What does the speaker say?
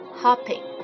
hopping